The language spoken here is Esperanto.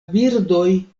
birdoj